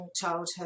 childhood